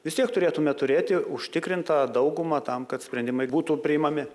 vis tiek turėtume turėti užtikrintą daugumą tam kad sprendimai būtų priimami